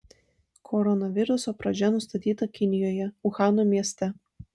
koronaviruso pradžia nustatyta kinijoje uhano mieste